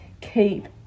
keep